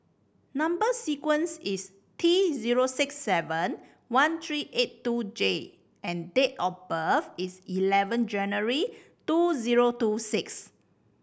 number sequence is T zero six seven one three eight two J and date of birth is eleven January two zero two six